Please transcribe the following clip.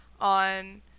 on